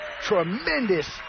Tremendous